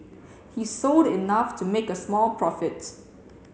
he sold enough to make a small profits